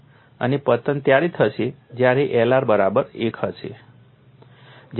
અને પતન ત્યારે થશે જ્યારે Lr બરાબર 1 હશે